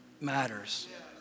matters